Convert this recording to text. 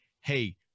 Hey